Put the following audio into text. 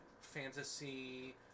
fantasy